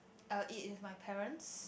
I will eat with my parents